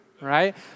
right